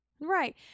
Right